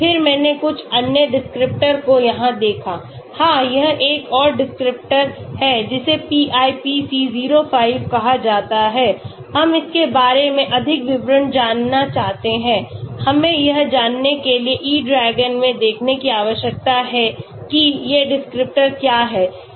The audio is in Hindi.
फिर मैंने कुछ अन्य डिस्क्रिप्टर को यहाँ देखा हाँ यह एक और डिस्क्रिप्टर है जिसे PIPC05 कहा जाता है हम इसके बारे में अधिक विवरण जानना चाहते हैं हमें यह जानने के लिए E DRAGON में देखने की आवश्यकता है कि ये डिस्क्रिप्टर क्या हैं